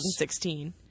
2016